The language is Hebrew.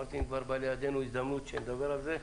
אמרתי שאם כבר באה לידינו הזדמנות שנדבר על זה,